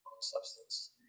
substance